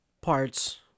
parts